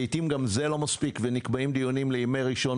ולעיתים גם זה לא מספיק ונקבעים דיונים לימי ראשון